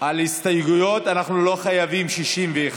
על ההסתייגויות אנחנו לא חייבים 61,